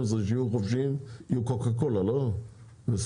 כשהם יהיו חופשיים יהיו של קוקה קולה וספרייט.